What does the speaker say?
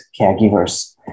caregivers